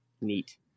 Neat